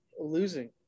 losing